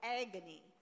agony